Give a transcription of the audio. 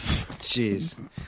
Jeez